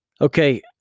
Okay